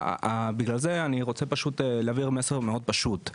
ובגלל זה אני רוצה פשוט להעביר מסר מאוד פשוט,